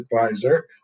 advisor